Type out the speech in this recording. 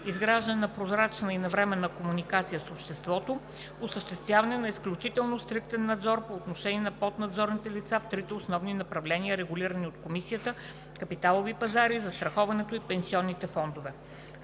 изграждане на прозрачна и навременна комуникация с обществото; - осъществяване на изключително стриктен надзор по отношение на поднадзорните лица в трите основни направления, регулирани от Комисията – капиталовите пазари, застраховането и пенсионните фондове.